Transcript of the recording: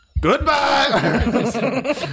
Goodbye